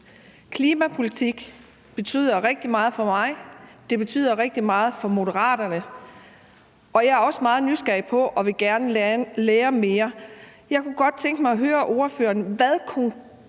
Klimapolitik betyder rigtig meget for mig, det betyder rigtig meget for Moderaterne, og jeg er også meget nysgerrig på det og vil gerne lære mere. Jeg kunne godt tænke mig at høre ordføreren: Hvilke